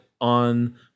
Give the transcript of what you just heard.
on